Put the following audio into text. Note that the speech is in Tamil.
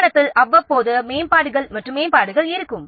நிறுவனத்தில் அவ்வப்போது மேம்பாடுகள் இருக்கும்